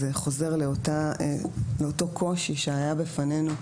זה חוזר לאותו קושי שהיה בפנינו,